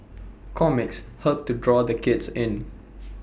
comics help to draw the kids in